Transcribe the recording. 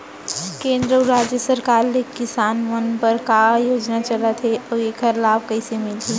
केंद्र अऊ राज्य सरकार ले किसान मन बर का का योजना चलत हे अऊ एखर लाभ कइसे मिलही?